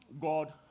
God